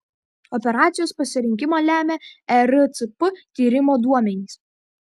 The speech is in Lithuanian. operacijos pasirinkimą lemia ercp tyrimo duomenys